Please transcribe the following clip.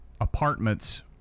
apartments